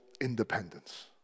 independence